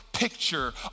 picture